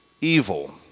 evil